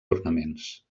ornaments